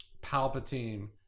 Palpatine